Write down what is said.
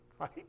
right